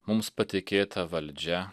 mums patikėta valdžia